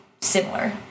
similar